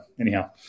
Anyhow